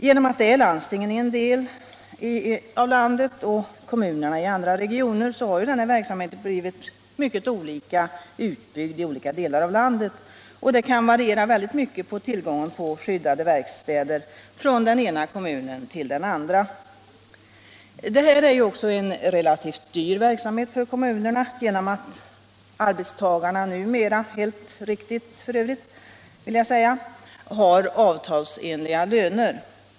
Till följd av att landstingen är huvudmän i en del av landet och kommunerna i andra regioner har verksamheten blivit mycket olika utbyggd i olika delar av landet. Och det kan variera väldigt mycket i tillgång på skyddade verkstäder från den ena kommunen till den andra. Det är är också en relativt dyr verksamhet för kommunerna på grund av att arbetstagarna numera — f.ö. helt riktigt, vill jag säga — har avtalsenliga löner.